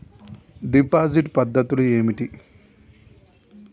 Deposit పద్ధతులు ఏమిటి?